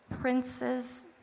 princes